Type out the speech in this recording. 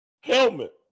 helmet